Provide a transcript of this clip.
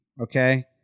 okay